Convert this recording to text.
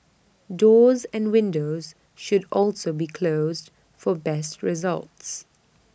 doors and windows should also be closed for best results